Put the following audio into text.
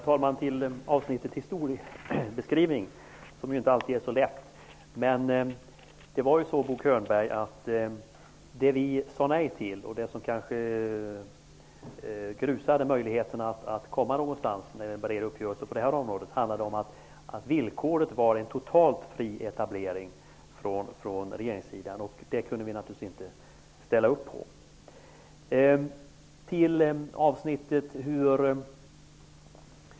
Herr talman! Det är inte alltid så lätt att göra en historiebeskrivning. Det vi sade nej till, Bo Könberg, och som kanske förstörde möjligheterna att komma någonstans med en bred uppgörelse på det här området var regeringssidans villkor på en helt fri etablering. Det kunde vi naturligtvis inte ställa upp på.